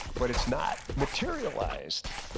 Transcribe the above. but it's not materialized.